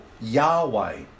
Yahweh